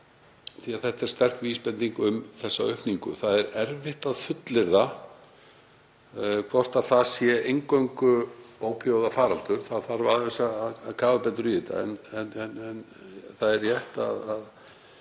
Því að þetta er sterk vísbending um aukningu. Það er erfitt að fullyrða hvort það sé eingöngu ópíóíðafaraldur. Það þarf aðeins að kafa betur í þetta. Það er rétt að